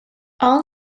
all